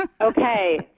Okay